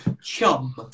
Chum